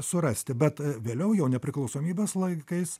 surasti bet vėliau jau nepriklausomybės laikais